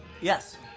Yes